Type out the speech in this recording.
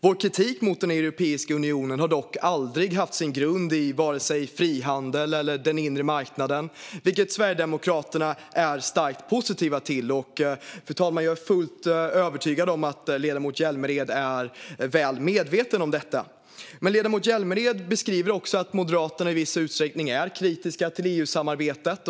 Vår kritik mot Europeiska unionen har dock aldrig haft sin grund i vare sig frihandel eller den inre marknaden, vilket Sverigedemokraterna är starkt positiva till. Jag är helt övertygad om att ledamoten Hjälmered är väl medveten om detta, fru talman. Ledamoten Hjälmered beskriver dock att även Moderaterna i viss utsträckning är kritiska till EU-samarbetet.